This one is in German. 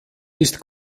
ist